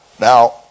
Now